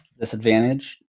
disadvantage